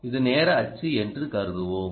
இது நேர அச்சு என்று கருதுவோம்